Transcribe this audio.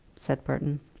said burton.